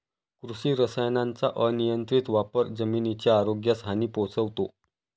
कृषी रसायनांचा अनियंत्रित वापर जमिनीच्या आरोग्यास हानी पोहोचवतो